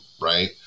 right